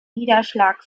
niederschlag